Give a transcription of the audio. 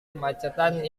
kemacetan